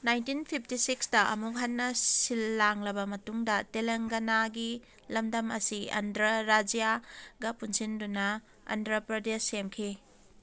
nineteen fifty ꯁꯤꯛꯁꯇ ꯑꯃꯨꯛ ꯍꯟꯅ ꯁꯤꯜꯂꯥꯡꯂꯕ ꯃꯇꯨꯡꯗ ꯇꯦꯂꯪꯒꯅꯥꯒꯤ ꯂꯝꯗꯝ ꯑꯁꯤ ꯑꯟꯗ꯭ꯔ ꯔꯥꯖ꯭ꯌꯒ ꯄꯨꯟꯁꯤꯟꯗꯨꯅ ꯑꯟꯗ꯭ꯔ ꯄ꯭ꯔꯗꯦꯁ ꯁꯦꯝꯈꯤ